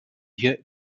hier